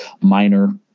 minor